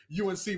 UNC